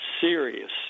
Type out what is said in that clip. serious